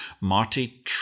Marty